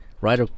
right